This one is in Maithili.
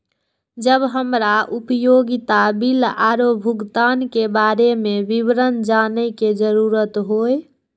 जब हमरा उपयोगिता बिल आरो भुगतान के बारे में विवरण जानय के जरुरत होय?